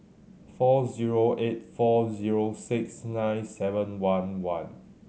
four zero eight four zero six nine seven one one